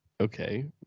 okay